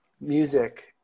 music